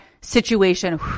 situation